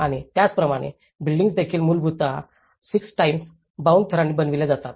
आणि त्याचप्रमाणे बिल्डींग्स देखील मूलत 6 टाइम बाउंड थरांनी बनविल्या जातात